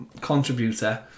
contributor